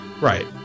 Right